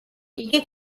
იგი